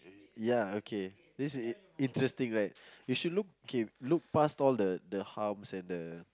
ya okay this is interesting right you should look okay look past all the the harms and the